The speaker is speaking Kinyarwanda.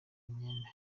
imyenda